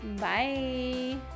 bye